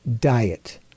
Diet